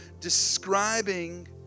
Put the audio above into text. describing